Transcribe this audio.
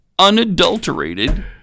unadulterated